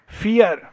fear